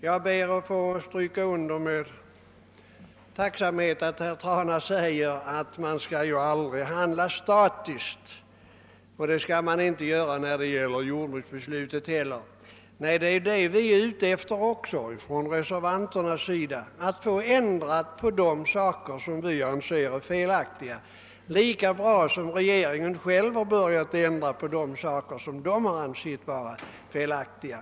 Jag noterar med tacksamhet att herr Trana säger att man aldrig skall handla statiskt och att man inte heller skall göra det när det gäller jordbruksbeslutet. Det är detta som vi reservanter också är ute efter; vi vill få ändrat vad vi anser felaktigt liksom regeringen själv har börjat ändra vad den anser felaktigt.